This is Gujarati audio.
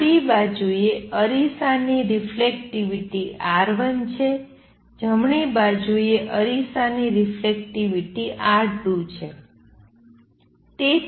ડાબી બાજુએ અરીસાની રિફ્લેક્ટિવિટી R1 છે જમણી બાજુએ અરીસાની રિફ્લેક્ટિવિટી R2 છે